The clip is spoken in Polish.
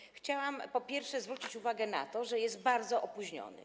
I chciałam, po pierwsze, zwrócić uwagę na to, że jest bardzo opóźniony.